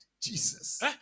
Jesus